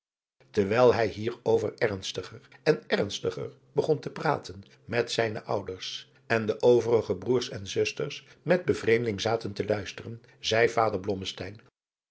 terwijl hij hierover ernstiger en ernstiger begon te praten met zijne ouders en de overige broêrs en zusters met bevreemding zaten te luisteren zeî vader